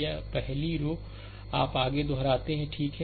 यह पहली 2 रोआप आगे दोहराते हैं ठीक है